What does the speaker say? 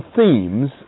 themes